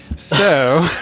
so